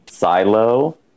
silo